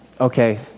Okay